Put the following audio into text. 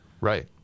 Right